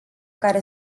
care